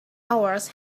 hours